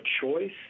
choice